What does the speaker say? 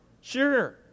Sure